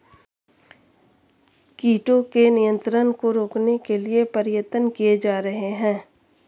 कीटों के नियंत्रण को रोकने के लिए प्रयत्न किये जा रहे हैं